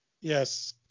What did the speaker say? yes